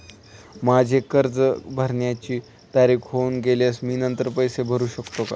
माझे कर्ज भरण्याची तारीख होऊन गेल्यास मी नंतर पैसे भरू शकतो का?